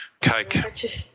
Cake